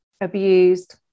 abused